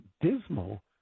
dismal